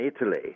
Italy